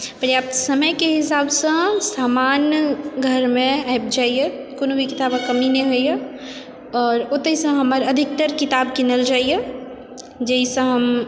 पर्याप्त समयके हिसाबसँ सामान घरमे आबि जाइए कोनो भी किताबक कमी नहि होइए आओर ओतएसँ हमर अधिकतर किताब किनल जाइए जाहिसँ हम